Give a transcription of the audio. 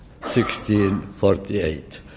1648